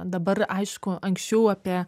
dabar aišku anksčiau apie